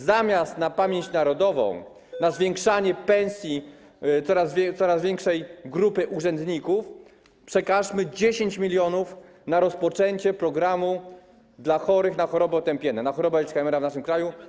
Zamiast pieniędzy na pamięć narodową, na zwiększanie pensji coraz większej grupy urzędników przekażmy 10 mln zł na rozpoczęcie programu dla chorych na choroby otępienne, na chorobę Alzheimera w naszym kraju.